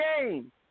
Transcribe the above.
game